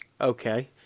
Okay